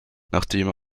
nachdem